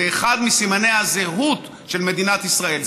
זה אחד מסימני הזהות של מדינת ישראל.